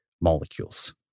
molecules